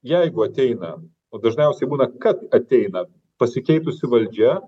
jeigu ateina o dažniausiai būna kad ateina pasikeitusi valdžia